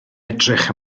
edrych